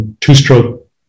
two-stroke